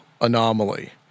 anomaly